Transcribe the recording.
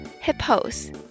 Hippos